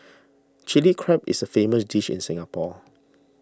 Chilli Crab is a famous dish in Singapore